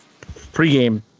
pregame